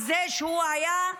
על זה שהוא היה,